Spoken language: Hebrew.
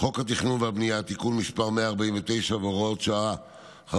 חוק התכנון והבנייה (תיקון מס' 149 והוראת שעה),